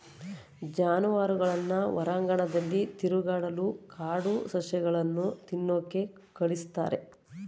ಜಾನುವಾರುಗಳನ್ನ ಹೊರಾಂಗಣದಲ್ಲಿ ತಿರುಗಾಡಲು ಕಾಡು ಸಸ್ಯಗಳನ್ನು ತಿನ್ನೋಕೆ ಕಳಿಸ್ತಾರೆ